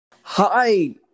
Hi